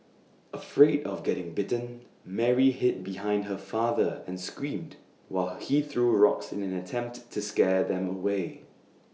afraid of getting bitten Mary hid behind her father and screamed while he threw rocks in an attempt to scare them away